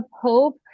hope